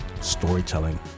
Storytelling